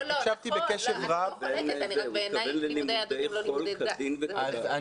הוא מתכוון ללימודי חול כדין וכדת.